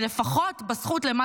ולפחות בזכות שלכם,